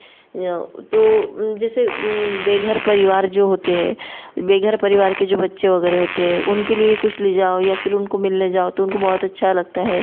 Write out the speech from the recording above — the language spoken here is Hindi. तो जैसे बेघर परिवार जो होते हैं बेघर परिवार के जो बच्चे वगैरह होते हैं उनके लिए कुछ ले जाओ या फिर उनको मिलने जाओ तो उनको बहुत अच्छा लगता है